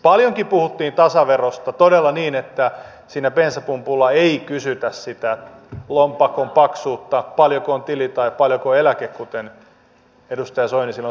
paljonkin puhuttiin tasaverosta todella niin että siinä bensapumpulla ei kysytä sitä lompakon paksuutta paljonko on tili tai paljonko on eläke kuten edustaja soini silloin sanoi